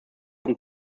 und